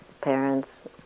parents